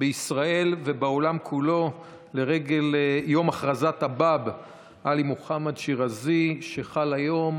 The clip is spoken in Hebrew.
בישראל ובעולם כולו לרגל יום הכרזת הבאב עלי מוחמד שירזי שחל היום.